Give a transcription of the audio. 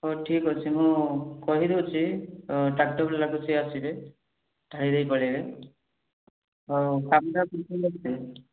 ହଉ ଠିକ୍ ଅଛି ମୁଁ କହିଦେଉଛି ଟ୍ରାକ୍ଟର୍ ପିଲାକୁ ସେ ଆସିବେ ଢାଳିଦେଇ ପଳେଇବେ ହଉ